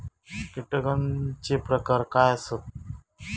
कीटकांचे प्रकार काय आसत?